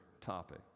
topic